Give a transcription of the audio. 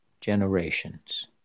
generations